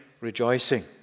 rejoicing